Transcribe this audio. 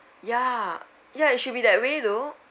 ya ya it should be that way though